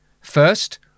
First